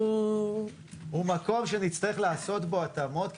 הוא מקום שנצטרך לעשות בו התאמות,